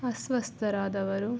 ಅಸ್ವಸ್ಥರಾದವರು